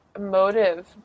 motive